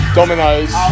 Dominoes